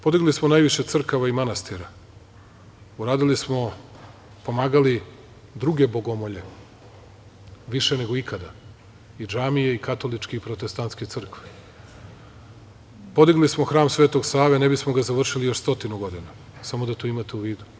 Podigli smo najviše crkava i manastira, pomagali smo druge bogomolje, više nego ikada, i džamije i katoličke i protestantske crkve, podigli smo hram Svetog Save, ne bismo ga završili još stotinu godina, samo da to imate u vidu.